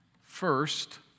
First